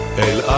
el